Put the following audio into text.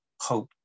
hope